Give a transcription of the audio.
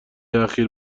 اخیر